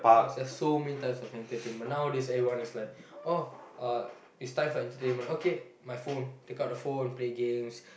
there's so many types of entertainment nowadays everyone is like oh uh it's time for entertainment okay my phone take out the phone play games